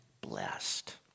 blessed